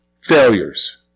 failures